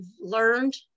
learned